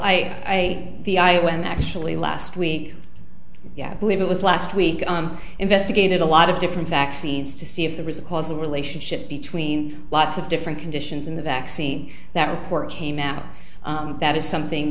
when actually last week yeah i believe it was last week on investigated a lot of different vaccines to see if the risk causal relationship between lots of different conditions in the vaccine that report came out that is something